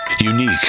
Unique